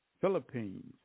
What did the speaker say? Philippines